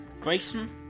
Grayson